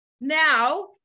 Now